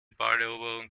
balleroberung